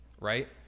right